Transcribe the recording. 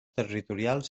territorials